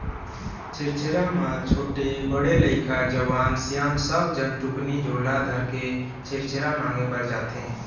छेरछेरा म छोटे, बड़े लइका, जवान, सियान सब झन टुकनी झोला धरके छेरछेरा मांगे बर जाथें